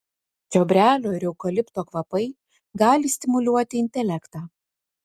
čiobrelio ir eukalipto kvapai gali stimuliuoti intelektą